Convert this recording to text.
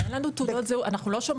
שרת